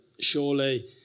surely